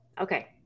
Okay